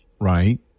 right